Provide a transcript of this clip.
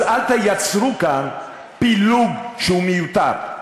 אז אל תייצרו כאן פילוג שהוא מיותר.